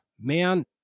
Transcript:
man